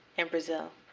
and brazil.